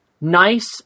nice